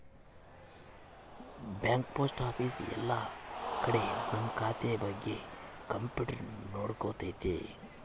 bank post office ಎಲ್ಲ ಕಡೆ ನಮ್ ಖಾತೆ ಬಗ್ಗೆ ಕಂಪ್ಯೂಟರ್ ನೋಡ್ಕೊತೈತಿ